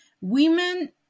women